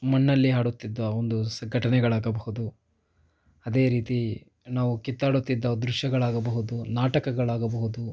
ಮಣ್ಣಲ್ಲೇ ಆಡುತ್ತಿದ್ದ ಒಂದು ಘಟನೆಗಳಾಗಬಹುದು ಅದೇ ರೀತಿ ನಾವು ಕಿತ್ತಾಡುತ್ತಿದ್ದ ದೃಶ್ಯಗಳಾಗಬಹುದು ನಾಟಕಗಳಾಗಬಹುದು